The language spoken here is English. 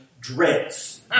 dreads